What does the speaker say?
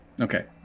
Okay